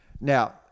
Now